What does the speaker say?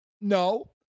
No